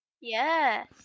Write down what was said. Yes